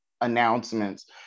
announcements